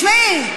תשמעי,